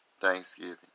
Thanksgiving